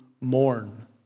mourn